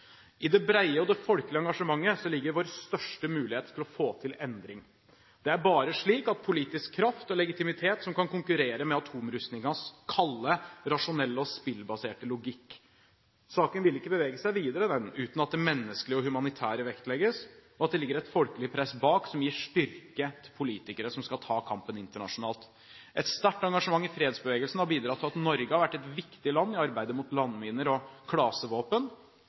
I det brede og folkelige engasjementet ligger vår største mulighet til å få til endring. Det er bare slik politisk kraft og legitimitet kan konkurrere med atomopprustningens kalde, rasjonelle, spillbaserte logikk. Saken vil ikke bevege seg videre uten at det menneskelige og humanitære vektlegges, og at det ligger et folkelig press bak som gir styrke til politikerne som skal ta kampen internasjonalt. Et sterkt engasjement i fredsbevegelsen har bidratt til at Norge har vært et viktig land i arbeidet mot landminer og klasevåpen.